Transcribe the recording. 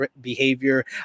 behavior